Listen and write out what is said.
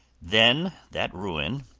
then that ruin,